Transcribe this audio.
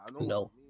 No